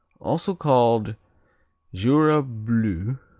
also called jura bleu,